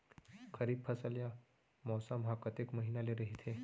खरीफ फसल या मौसम हा कतेक महिना ले रहिथे?